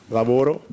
lavoro